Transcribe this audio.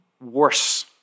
worse